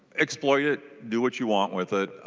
exploited do what you want with it.